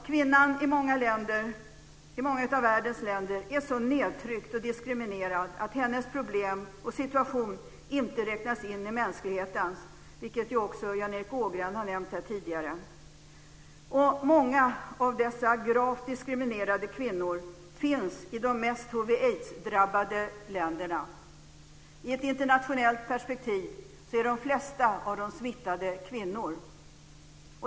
Kvinnan i många av världens länder är så nedtryckt och diskriminerad att hennes problem och situation inte räknas in i mänsklighetens, vilket Jan Erik Ågren här tidigare nämnt. Många av dessa gravt diskriminerade kvinnor finns i de mest hiv/aidsdrabbade länderna. I ett internationellt perspektiv är de flesta av dem som smittats kvinnor.